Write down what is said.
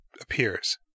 appears